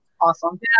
awesome